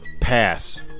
pass